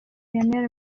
lionel